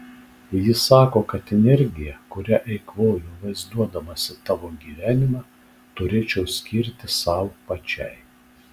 ji sako kad energiją kurią eikvoju vaizduodamasi tavo gyvenimą turėčiau skirti sau pačiai